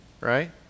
right